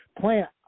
Plant